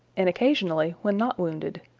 and occasionally when not wounded.